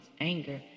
anger